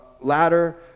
ladder